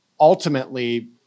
ultimately